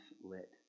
lit